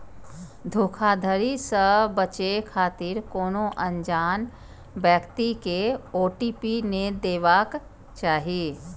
धोखाधड़ी सं बचै खातिर कोनो अनजान व्यक्ति कें ओ.टी.पी नै देबाक चाही